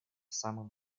самым